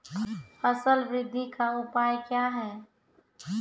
फसल बृद्धि का उपाय क्या हैं?